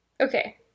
Okay